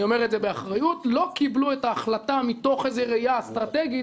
אומר את זה באחריות לא קיבלו את ההחלטה מתוך ראיה אסטרטגית.